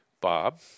Bob